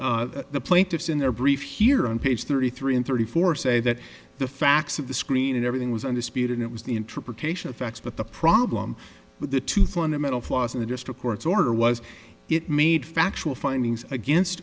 and the plaintiffs in their briefs here on page thirty three and thirty four say that the facts of the screen and everything was undisputed it was the interpretation of facts but the problem with the two fundamental flaws in the district court's order was it made factual findings against